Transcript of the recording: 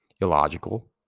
illogical